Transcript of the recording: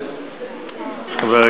אלה